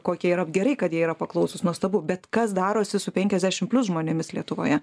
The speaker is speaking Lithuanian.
kokie yra gerai kad jie yra paklausūs nuostabu bet kas darosi su penkiasdešim plius žmonėmis lietuvoje